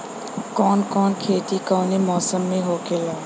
कवन कवन खेती कउने कउने मौसम में होखेला?